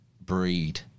breed